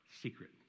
secret